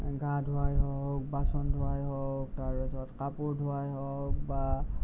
গা ধুৱাই হওক বাচন ধুৱাই হওক তাৰপাছত কাপোৰ ধুৱাই হওক বা